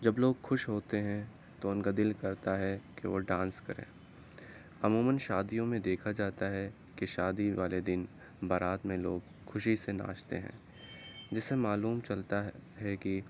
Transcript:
جب لوگ خوش ہوتے ہیں تو ان کا دل کرتا ہے کہ وہ ڈانس کریں عموماً شادیوں میں دیکھا جاتا ہے کہ شادی والے دن بارات میں لوگ خوشی سے ناچتے ہیں جس سے معلوم چلتا ہے کہ